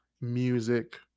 music